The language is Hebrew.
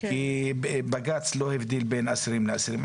כי בג"ץ לא הבדיל בין אסירים לאסירים.